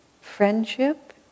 friendship